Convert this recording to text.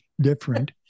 different